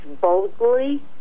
boldly